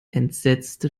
entsetzte